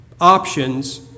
options